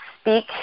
speak